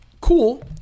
Cool